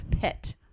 Pet